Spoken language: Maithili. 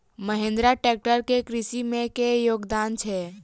महेंद्रा ट्रैक्टर केँ कृषि मे की योगदान छै?